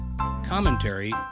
commentary